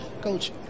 Coach